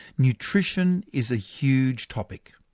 nutrition is a huge topic,